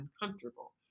uncomfortable